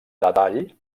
detall